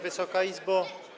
Wysoka Izbo!